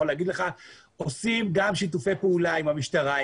להגיד לך שעושים גם שיתופי פעולה עם המשטרה,